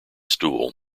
stool